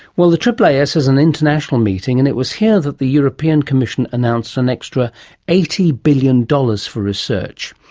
well, the aaas is an international meeting and it was here that the european commission announced an extra eighty billion dollars for research.